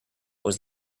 was